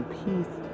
peace